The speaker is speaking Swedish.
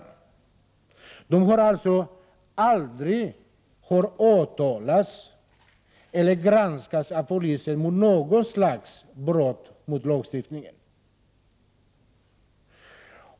Dessa personer har alltså aldrig åtalats eller granskats av polisen i fråga om något slags brott mot lagstiftningen.